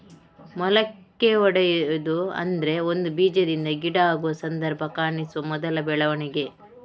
ಮೊಳಕೆಯೊಡೆಯುವುದು ಅಂದ್ರೆ ಒಂದು ಬೀಜದಿಂದ ಗಿಡ ಆಗುವ ಸಂದರ್ಭ ಕಾಣಿಸುವ ಮೊದಲ ಬೆಳವಣಿಗೆ